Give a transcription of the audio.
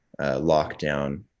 lockdown